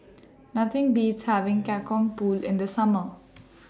Nothing Beats having Kacang Pool in The Summer